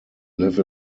live